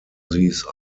these